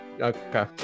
Okay